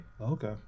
okay